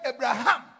Abraham